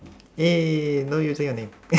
eh no using of name